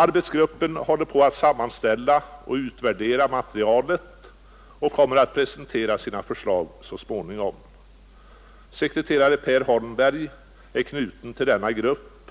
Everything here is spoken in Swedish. Arbetsgruppen håller på att sammanställa och utvärdera materialet och kommer så småningom att presentera sina förslag. Sekreterare Per Holmberg är knuten till denna grupp